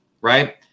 right